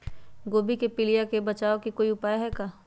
गोभी के पीलिया से बचाव ला कोई उपाय है का?